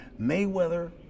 Mayweather